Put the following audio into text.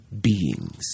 beings